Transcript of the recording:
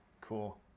Cool